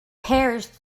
perish